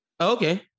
Okay